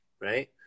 right